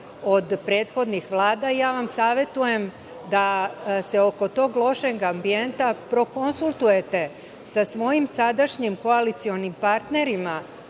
od prethodnih vlada. Ja vam savetujem da se oko tog lošeg ambijenta prokonsultujete sa svojim sadašnjim koalicionim partnerima,